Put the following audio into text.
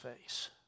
face